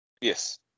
Yes